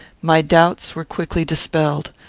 my doubts were quickly dispelled.